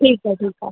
ठीकु आहे ठीकु आहे